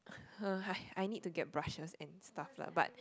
uh I I need to get brushes and stuff lah but